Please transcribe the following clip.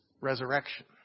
resurrection